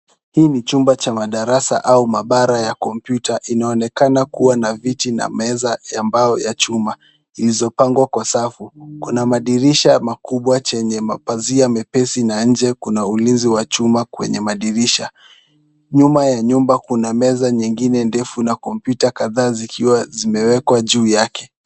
Hii ni chumba cha madarasa au mabaara ya kompyuta, inaonekana kuwa na viti na meza ya mbao, ya chuma zilizopangwa kwa safu, kuna madirisha makubwa chenye mapazia mepesi na nje kuna ulinzi wa chuma kwenye madirisha. Nyuma ya nyumba kuna meza nyingine ndefu na kompyuta kadhaa zikiwa zimewekwa juu yake.